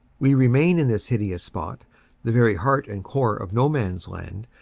we remain in this hideous spot the very heart and core of no man's land,